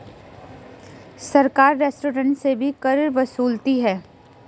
सरकार रेस्टोरेंट से भी कर वसूलती है